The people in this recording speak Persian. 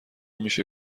میشه